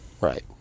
Right